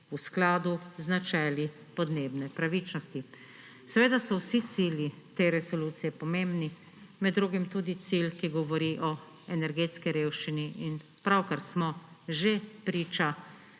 v skladu z načeli podnebne pravičnosti. Seveda so vsi cilji te resolucije pomembni, med drugim tudi cilj, ki govori o energetski revščini. In pravkar smo že priča